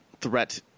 threat